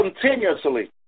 continuously